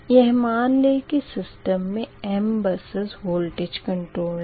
यह मान लें के सिस्टम मे m बसस वोल्टेज कंट्रोल है